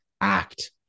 act